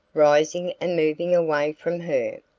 rising and moving away from her.